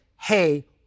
hey